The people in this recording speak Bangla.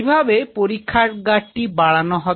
কিভাবে পরীক্ষাগারটি বাড়ানো হবে